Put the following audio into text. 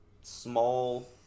small